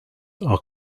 are